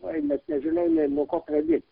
ai net nežinau nei nuo ko pradėt